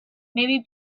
maybe